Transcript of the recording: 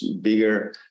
bigger